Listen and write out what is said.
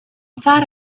thought